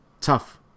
tough